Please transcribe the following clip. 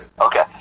Okay